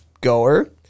goer